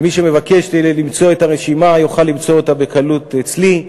מי שמבקש למצוא את הרשימה יוכל למצוא אותה בקלות אצלי.